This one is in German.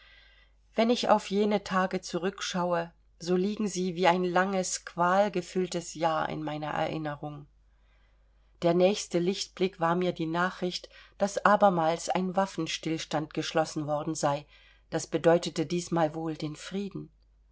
wenn ich auf jene tage zurückschaue so liegen sie wie ein langes qualgefülltes jahr in meiner erinnerung der nächste lichtblick war mir die nachricht daß abermals ein waffenstillstand geschlossen worden sei das bedeutete diesmal wohl den frieden